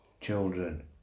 children